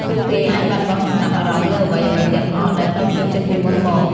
ពួកគេអាចបាត់បង់ចំណាប់អារម្មណ៍លើអ្វីៗទាំងអស់ ដែលធ្លាប់ចូលចិត្តពីមុនមក។